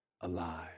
alive